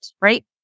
right